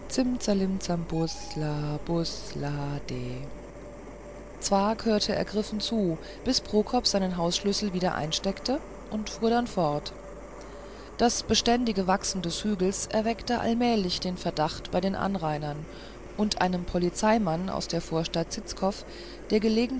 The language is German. zwakh hörte ergriffen zu bis prokop seinen hausschlüssel wieder einsteckte und fuhr dann fort das beständige wachsen des hügels erweckte allmählich verdacht bei den anrainern und einem polizeimann aus der vorstadt zizkov der